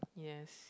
yes